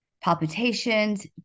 Palpitations